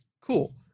cool